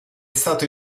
stato